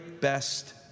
best